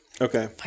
Okay